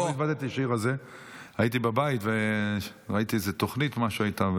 הייתי בבית וראיתי איזו תוכנית או משהו איתה,